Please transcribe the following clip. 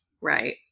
Right